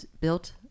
built